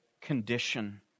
condition